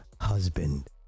husband